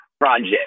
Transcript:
Project